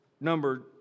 number